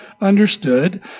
understood